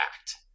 act